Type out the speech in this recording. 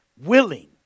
Willing